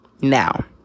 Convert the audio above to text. Now